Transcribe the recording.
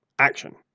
Action